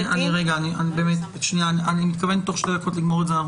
אני מתכוון בתוך שתי דקות לסיים את זה.